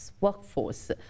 workforce